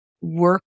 work